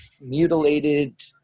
mutilated